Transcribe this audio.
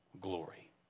Glory